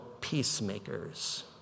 peacemakers